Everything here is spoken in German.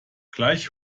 gleich